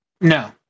No